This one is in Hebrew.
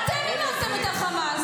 טיפ-טיפה להוריד את השנאה.